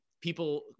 people